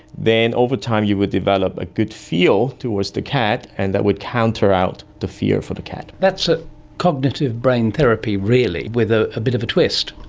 then over time you would develop a feel towards the cat and that would counter out the fear for the cat. that's ah cognitive brain therapy really with ah a bit of a twist.